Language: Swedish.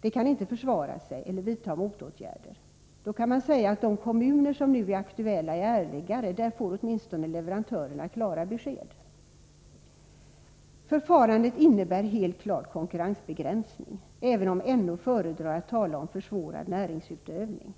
Det kan inte försvara sig eller vidta motåtgärder. Då kan man säga att de kommuner som nu är aktuella är ärligare. Där får leverantörerna åtminstone klara besked. Förfarandet innebär helt klart konkurrensbegränsningar, även om NO föredrar att tala om försvårad näringsutövning.